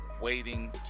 waiting